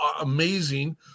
amazing